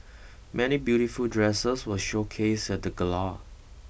many beautiful dresses were showcased at the gala